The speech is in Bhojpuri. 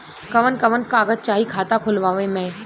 कवन कवन कागज चाही खाता खोलवावे मै?